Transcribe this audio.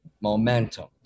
momentum